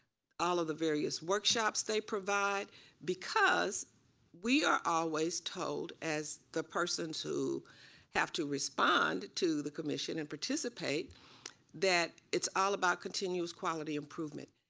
all of the various workshops they provide because we're always told as the persons who have to respond to the commission and participate that it's all about continuous quality improvement,